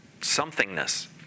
somethingness